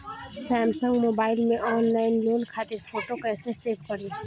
Samsung mobile में online loan खातिर photo कैसे सेभ करीं?